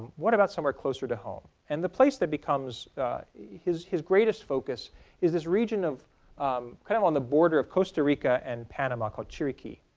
what about somewhere closer to home? and the place that becomes his his greatest focus is this region um kind of on the border of costa rica and panama called chiriki.